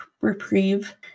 reprieve